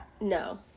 No